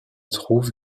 trouve